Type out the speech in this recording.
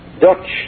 Dutch